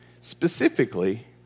Specifically